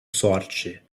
sorte